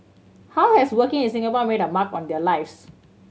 how has working in Singapore made a mark on their lives